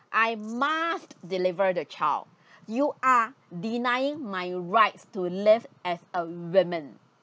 I must deliver the child you are denying my rights to live as a women